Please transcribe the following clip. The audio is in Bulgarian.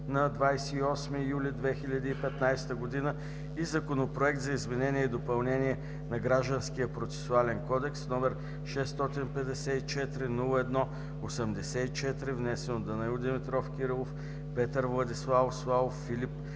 на 28 юли 2015 г. и законопроект за изменение и допълнение на Гражданския процесуален кодекс, № 654-01-84, внесен от Данаил Димитров Кирилов, Петър Владиславов Славов, Филип